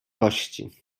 kości